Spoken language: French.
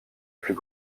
plus